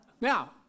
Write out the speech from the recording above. Now